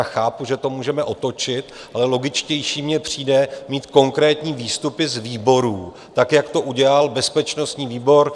Chápu, že to můžeme otočit, ale logičtější mi přijde mít konkrétní výstupy z výborů tak, jak to udělal bezpečnostní výbor.